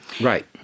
Right